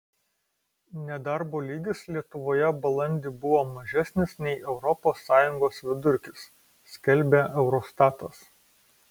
nedarbo lygis lietuvoje balandį buvo mažesnis nei europos sąjungos vidurkis skelbia eurostatas